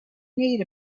need